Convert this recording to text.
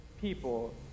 people